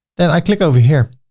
then i click over here.